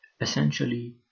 essentially